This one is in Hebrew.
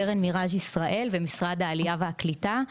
קרן מיראז' ישראל ומשרד העלייה והקליטה,